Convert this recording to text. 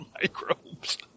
microbes